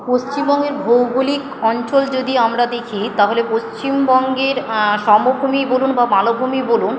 পশ্চিমবঙ্গের ভৌগোলিক অঞ্চল যদি আমরা দেখি তাহলে পশ্চিমবঙ্গের সমভূমিই বলুন বা মালভূমিই বলুন